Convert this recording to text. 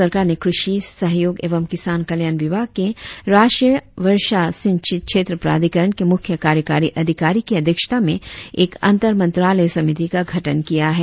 सरकार ने कृषि सहयोग एवं किसान कल्याण विभाग के राष्ट्रीय वर्षा सिंचित क्षेत्र प्राधिकरण के मुख्य कार्यकारी अधिकारी की अध्यक्षता में एक अंतर मंत्रालय समिति का गठन किया है